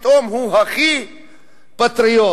פתאום הוא הכי פטריוט.